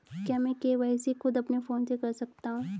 क्या मैं के.वाई.सी खुद अपने फोन से कर सकता हूँ?